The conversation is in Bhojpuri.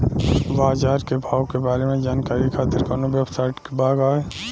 बाजार के भाव के बारे में जानकारी खातिर कवनो वेबसाइट बा की?